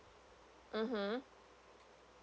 (uh huh)